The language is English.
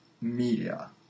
media